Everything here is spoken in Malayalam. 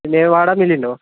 പിന്നെ വാടാമല്ലിയുണ്ടോ